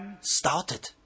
started